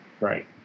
Right